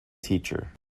teacher